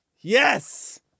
yes